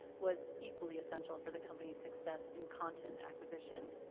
was equally essential for the company's success in content acquisition.